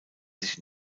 sich